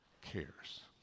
cares